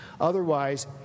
Otherwise